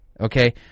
Okay